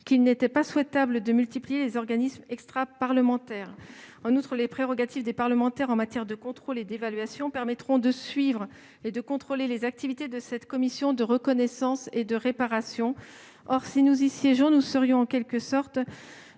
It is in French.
qu'il n'était pas souhaitable de multiplier la participation des sénateurs à des organismes extraparlementaires. En outre, les prérogatives des parlementaires en matière de contrôle et d'évaluation permettront de suivre et de contrôler les activités de cette commission de reconnaissance et de réparation. Si nous y siégeons, nous serions en quelque sorte